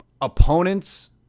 opponents